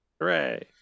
Hooray